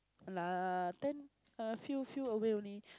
lah ten a few few away only